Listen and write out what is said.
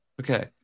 Okay